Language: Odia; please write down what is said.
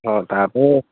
ହଁ ତା' ବି